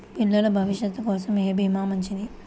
పిల్లల భవిష్యత్ కోసం ఏ భీమా మంచిది?